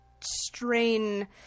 Strain